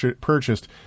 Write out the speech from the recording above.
purchased